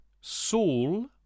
Saul